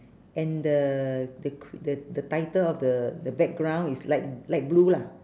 and the the cr~ the the title of the the background is light light blue lah